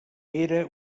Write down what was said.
era